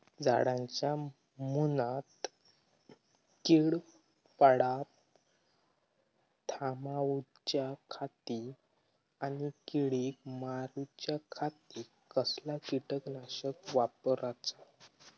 झाडांच्या मूनात कीड पडाप थामाउच्या खाती आणि किडीक मारूच्याखाती कसला किटकनाशक वापराचा?